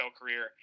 career